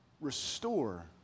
Restore